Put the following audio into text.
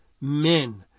men